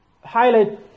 highlight